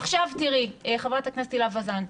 עכשיו תראי, חברת הכנסת הילה וזאן,